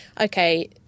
okay